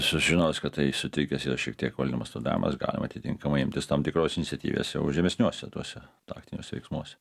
sužinojus kad tai sutrikęs yra šiek tiek valdymas vadoavimas galima atitinkamai imtis tam tikros iniciatyvės jau žemesniuosiuose taktiniuose veiksmuose